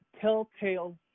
telltale